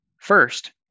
First